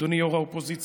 אדוני יו"ר האופוזיציה,